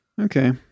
Okay